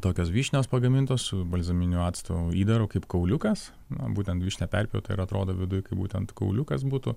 tokios vyšnios pagamintos su balzaminio acto įdaru kaip kauliukas na būtent vyšnia perpjauta ir atrodo viduj kai būtent kauliukas būtų